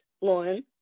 Lauren